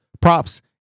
props